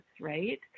right